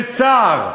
של צער,